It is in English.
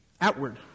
outward